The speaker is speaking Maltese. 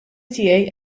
tiegħi